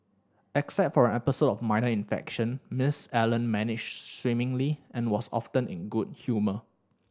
except for an episode of minor infection Miss Allen managed swimmingly and was often in good humour